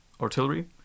artillery